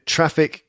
Traffic